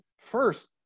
First